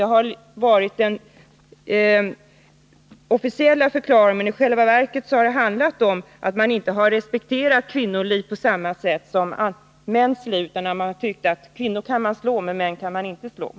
Det har varit den officiella förklaringen, men i själva verket har det handlat om att man inte har respekterat kvinnoliv på samma sätt som mäns liv, att man tyckte att det går an att slå kvinnor, men däremot inte män.